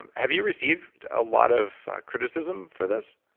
and have you received a lot of criticism for this?